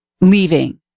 leaving